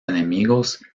enemigos